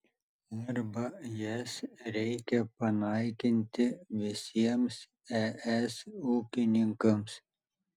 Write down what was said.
arba jas reikia panaikinti visiems es ūkininkams